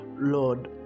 Lord